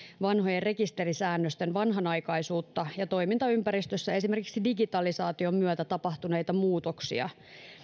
vanhojen rekisterisäännösten vanhanaikaisuutta ja toimintaympäristössä esimerkiksi digitalisaation myötä tapahtuneita muutoksia